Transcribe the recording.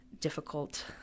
difficult